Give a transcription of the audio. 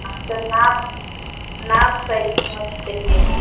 हाँ सब नाप नाप सही होना चाहिए